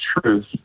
truth